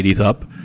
up